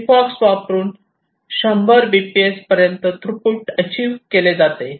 Sigfox वापरुन 100 bps पर्यंत throughput achieve केले जाते